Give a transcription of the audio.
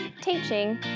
teaching